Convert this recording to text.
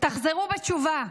חזרו בתשובה,